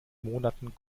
monaten